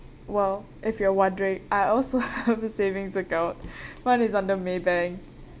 well if you're wondering I also have a savings account mine is under Maybank